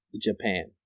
japan